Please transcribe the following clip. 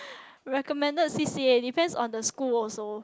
recommended C_C_A depends on the school also